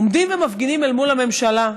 עומדים ומפגינים אל מול הממשלה,